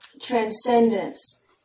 transcendence